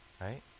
right